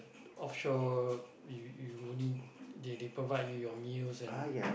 offshore you you only they they provide you your meals and